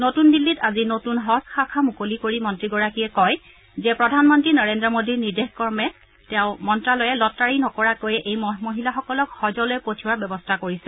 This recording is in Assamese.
নতুন দিল্লীত আজি নতুন হজ শাখা মুকলি কৰি মন্ত্ৰীগৰাকীয়ে কয় যে প্ৰধানমন্ত্ৰী নৰেদ্ৰ মোডীৰ নিৰ্দেশ মৰ্মে তেওঁৰ মন্তালয়ে লটাৰী নকৰাকৈয়ে এই মহিলাসকলক হজলৈ পঠিওৱাৰ ব্যৱস্থা কৰিছে